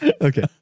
okay